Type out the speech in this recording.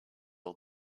all